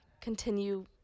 continue